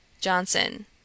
JOHNSON